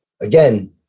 again